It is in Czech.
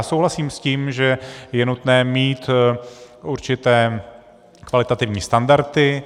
Souhlasím s tím, že je nutné mít určité kvalitativní standardy.